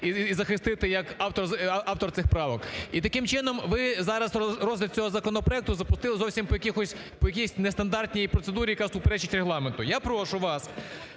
і захистити як автор цих правок. І таким чином ви зараз розгляд цього законопроекту запустили зовсім по якійсь нестандартній процедурі, яка суперечить Регламенту. Я прошу вас